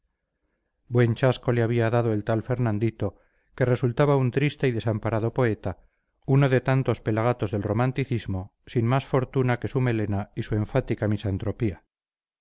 buen chasco le había dado el tal fernandito que resultaba un triste y desamparado poeta uno de tantos pelagatos del romanticismo sin más fortuna que su melena y su enfática